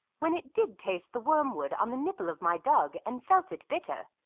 when it did taste the wormwood on the nipple of my dug and felt it bitter,